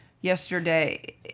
yesterday